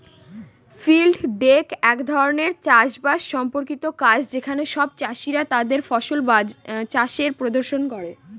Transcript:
field day এক ধরনের চাষ বাস সম্পর্কিত কাজ যেখানে সব চাষীরা তাদের ফসল চাষের প্রদর্শন করে